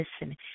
listen